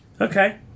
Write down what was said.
okay